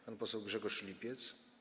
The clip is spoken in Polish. Pan poseł Grzegorz Lipiec.